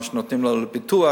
מה שנותנים לו לביטוח,